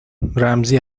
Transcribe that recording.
رمزی